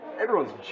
everyone's